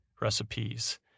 Recipes